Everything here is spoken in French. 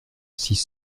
six